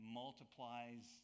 multiplies